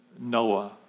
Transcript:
Noah